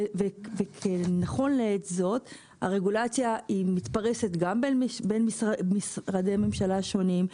נכון לעת הזאת הרגולציה מתפרסת גם בין משרדי ממשלה שונים,